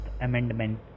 amendment